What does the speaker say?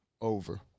over